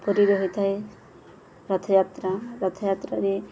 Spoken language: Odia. ପୁରୀରେ ହୋଇଥାଏ ରଥଯାତ୍ରା ରଥଯାତ୍ରାରେ